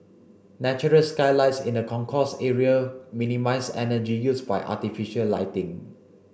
natural skylights in the concourse area minimise energy use by artificial lighting